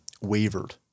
wavered